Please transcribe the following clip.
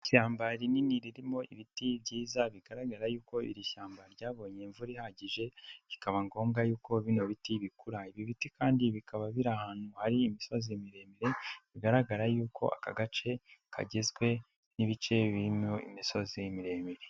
Ishyamba rinini ririmo ibiti byiza bigaragara yuko iri shyamba ryabonye imvura ihagije bikaba ngombwa yuko bino biti bikura, ibi biti kandi bikaba biri ahantu hari imisozi miremire, bigaragara yuko aka gace kagizwe n'ibice birimo imisozi miremire.